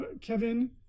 Kevin